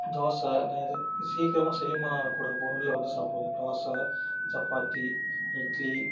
தோசை அந்த இது சீக்கிரமா செரிமானம் ஆகக்கூட பொருளில் வந்து சாப்பிடுவேன் தோசை சப்பாத்தி இட்லி